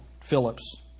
Phillips